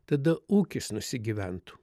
tada ūkis nusigyventų